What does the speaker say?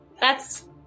That's-